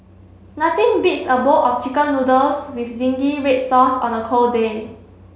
nothing beats a bowl of chicken noodles with zingy read sauce on a cold day